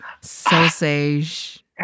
sausage